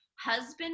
husband